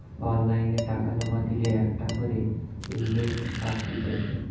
online টাকা জমা দিলে একটা করে ইনভয়েস আসতিছে